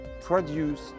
produce